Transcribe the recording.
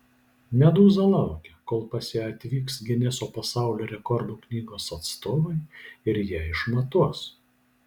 medūza laukia kol pas ją atvyks gineso pasaulio rekordų knygos atstovai ir ją išmatuos